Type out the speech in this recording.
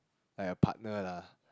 like a partner lah